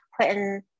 putting